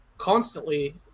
Constantly